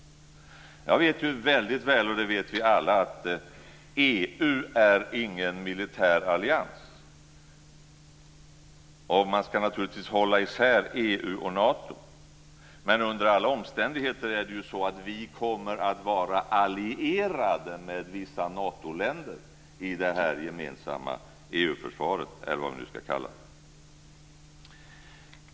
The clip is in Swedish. Jag vet väldigt väl - och det vet ju alla - att EU inte är någon militärallians. Man ska naturligtvis hålla isär EU och Nato, men under alla omständigheter kommer vi att vara allierade med vissa Natoländer i det gemensamma EU-försvaret, eller vad man nu ska kalla det.